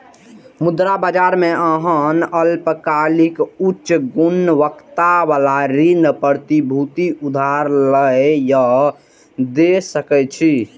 मुद्रा बाजार मे अहां अल्पकालिक, उच्च गुणवत्ता बला ऋण प्रतिभूति उधार लए या दै सकै छी